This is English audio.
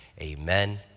amen